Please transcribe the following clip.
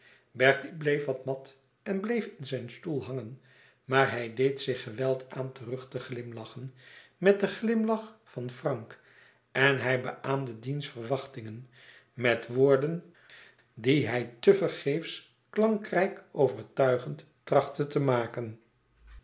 bertie bleef wat mat en bleef in zijn stoel hangen maar hij deed zich geweld aan terug te glimlachen met den glimlach van frank en hij beaâmde diens verwachtingen met woorden die hij te vergeefs klankrijk overtuigend trachtte te maken